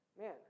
man